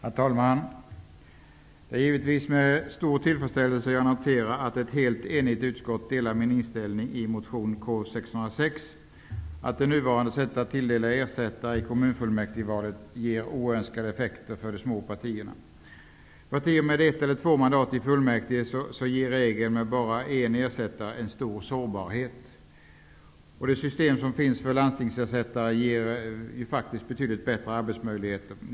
Herr talman! Det är givetvis med stor tillfredsställelse jag noterar att ett helt enigt utskott delar den inställning jag ger uttryck för i motion 1991/92:K606, dvs. att det nuvarande sättet att tilldela ersättare i kommunfullmäktigevalet ger oönskade effekter för de små partierna. För partier med ett eller två mandat i kommunfullmäktige ger regeln om bara en ersättare en stor sårbarhet. Det system som finns för landstingsersättare ger faktiskt betydligt bättre arbetsmöjligheter.